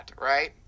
Right